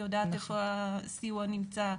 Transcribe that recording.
היא יודעת איפה הסיוע נצמד,